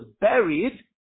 buried